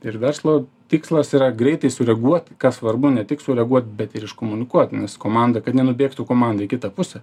ir verslo tikslas yra greitai sureaguot kas svarbu ne tik sureaguot bet ir iškomunikuot nes komanda kad nenubėgtų komanda į kitą pusę